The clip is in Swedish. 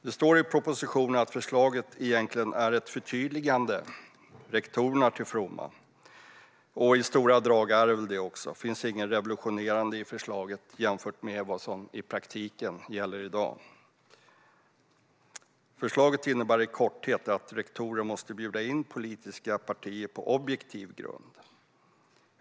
Det står i propositionen att förslaget egentligen är ett förtydligande rektorerna till fromma, och i stora drag är det väl det. Det finns inget revolutionerande i förslaget jämfört med vad som i praktiken gäller i dag. Förslaget innebär i korthet att rektorer måste bjuda in politiska partier på objektiv grund.